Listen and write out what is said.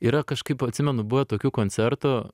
yra kažkaip atsimenu buvę tokių koncertų